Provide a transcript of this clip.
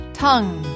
tongue